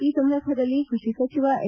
ಈ ಸಂದರ್ಭದಲ್ಲಿ ಕೃಷಿ ಸಚಿವ ಎನ್